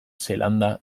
zeelanda